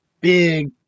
big